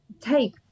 take